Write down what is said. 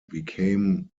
became